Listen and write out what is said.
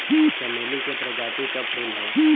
चमेली के प्रजाति क फूल हौ